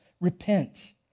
repent